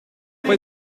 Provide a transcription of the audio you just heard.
puoi